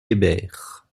hébert